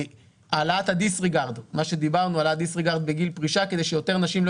העלאת הדיסריגרד בגיל פרישה כדי שיותר נשים לא